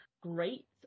great